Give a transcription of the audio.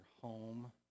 home